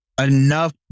enough